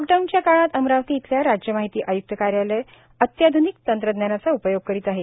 लॉकडाऊनच्या काळात अमरावती इथल्या राज्य माहिती आय्क्त कार्यालय अत्याध्निक तंत्रज्ञानाचा उपयोग करीत आहे